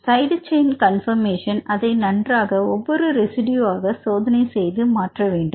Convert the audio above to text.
side chain conformation அதை நன்றாக ஒவ்வொரு ரெசிடியூஆக சோதனை செய்து மாற்ற வேண்டும்